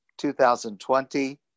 2020